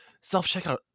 Self-checkout